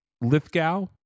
Lithgow